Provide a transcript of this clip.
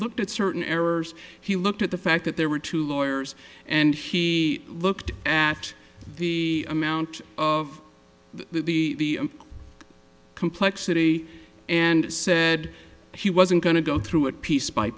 looked at certain errors he looked at the fact that there were two lawyers and he looked at the amount of the complexity and said he wasn't going to go through it piece by